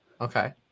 Okay